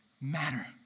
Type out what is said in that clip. matter